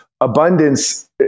Abundance